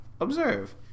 Observe